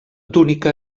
túnica